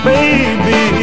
Baby